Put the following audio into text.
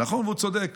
נכון, הוא צודק.